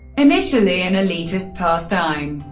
initially an elitist pastime,